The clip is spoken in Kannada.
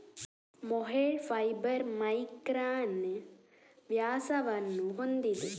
ಮೊಹೇರ್ ಫೈಬರ್ ಮೈಕ್ರಾನ್ ವ್ಯಾಸವನ್ನು ಹೊಂದಿದೆ